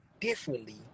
differently